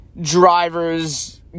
drivers